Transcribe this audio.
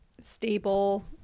stable